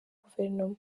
guverinoma